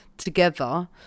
together